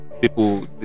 people